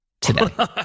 today